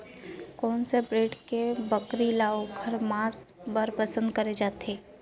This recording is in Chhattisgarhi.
कोन से ब्रीड के बकरी ला ओखर माँस बर पसंद करे जाथे?